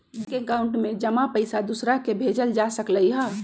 bank account में जमा पईसा दूसरा के भेजल जा सकलई ह